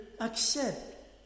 accept